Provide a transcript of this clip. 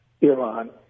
Iran